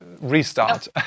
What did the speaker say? restart